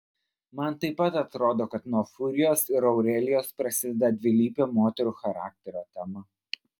man taip pat atrodo kad nuo furijos ir aurelijos prasideda dvilypio moterų charakterio tema